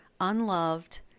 unloved